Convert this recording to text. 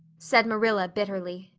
said marilla bitterly.